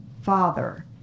father